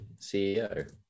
CEO